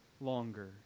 longer